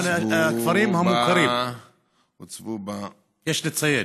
כולם בכפרים המוכרים, יש לציין.